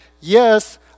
yes